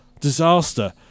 disaster